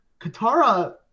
Katara